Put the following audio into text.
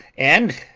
and,